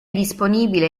disponibile